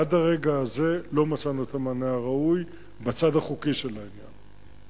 עד לרגע הזה לא מצאנו את המענה הראוי בצד החוקי של העניין.